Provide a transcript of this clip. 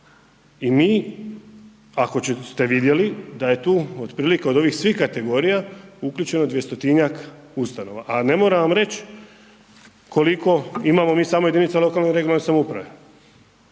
I mi ako ste vidjeli da je tu otprilike od ovih svih kategorija uključeno 200-tinjak ustanova, a ne moram vam reći koliko imamo samo mi jedinica lokalne regionalne samouprave.